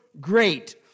great